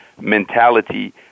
mentality